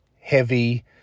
heavy